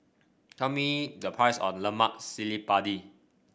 tell me the price of Lemak Cili Padi